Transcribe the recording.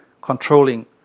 controlling